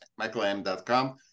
michaelm.com